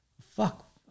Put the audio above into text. fuck